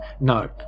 no